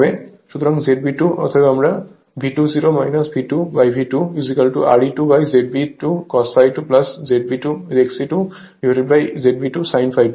সুতরাং ZB2 অতএব আমরা V2 Re2ZB 2 cos ∅2 XE2ZB2 sin∅2